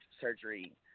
surgery